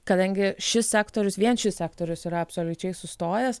kadangi šis sektorius vien šis sektorius yra absoliučiai sustojęs